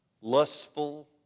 lustful